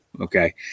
okay